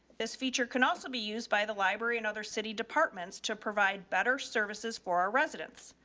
this feature can also be used by the library and other city departments to provide better services for our residents.